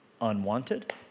unwanted